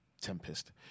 Tempest